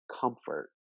comfort